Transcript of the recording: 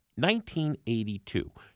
1982